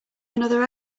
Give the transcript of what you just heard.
another